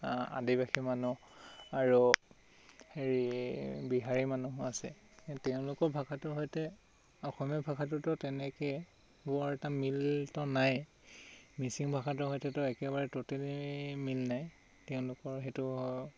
আদিবাসী মানুহ আৰু হেৰি বিহাৰী মানুহো আছে তেওঁলোকৰ ভাষাটোৰ সৈতে অসমীয়া ভাষাটোতো তেনেকৈ বৰ এটা মিল ত নাই মিচিং ভাষাটোৰ সৈতেতো একেবাৰে ট'টেলি মিল নাই তেওঁলোকৰ সেইটো